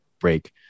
break